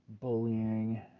bullying